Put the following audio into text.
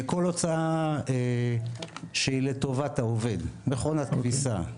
כל הוצאה שהיא לטובת העובד: מכונת כביסה,